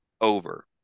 over